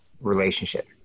relationship